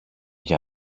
για